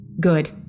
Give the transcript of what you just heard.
Good